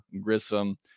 Grissom